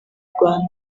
rwanda